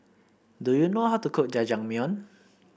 do you know how to cook Jajangmyeon